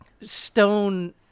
stone